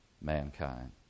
mankind